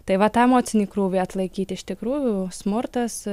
tai va tą emocinį krūvį atlaikyti iš tikrųjų smurtas